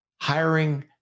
hiring